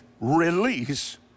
release